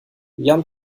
jan